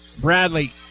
Bradley